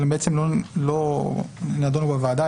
אבל הם לא נדונו בוועדה.